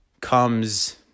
comes